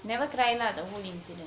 never cry lah the whole incident